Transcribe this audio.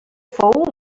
fou